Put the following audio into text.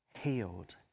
healed